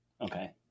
Okay